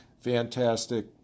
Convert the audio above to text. Fantastic